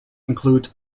includes